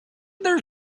their